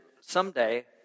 someday